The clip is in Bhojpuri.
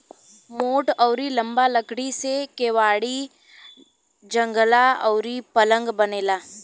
मोट अउरी लंबा लकड़ी से केवाड़ी, जंगला अउरी पलंग बनेला